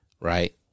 right